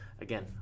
again